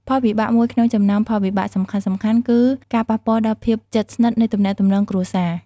ផលវិបាកមួយក្នុងចំណោមផលវិបាកសំខាន់ៗគឺ ការប៉ះពាល់ដល់ភាពជិតស្និទ្ធ នៃទំនាក់ទំនងគ្រួសារ។